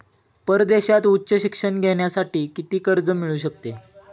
परदेशात उच्च शिक्षण घेण्यासाठी किती कर्ज मिळू शकते?